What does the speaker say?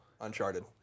Uncharted